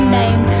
name